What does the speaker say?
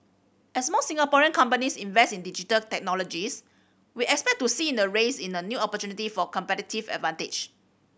as more Singapore companies invest in Digital Technologies we expect to see in a rise in a new opportunity for competitive advantage